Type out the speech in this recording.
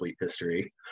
history